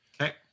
okay